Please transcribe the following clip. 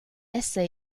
essay